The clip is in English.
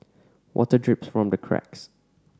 water drips from the cracks